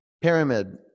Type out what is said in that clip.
Pyramid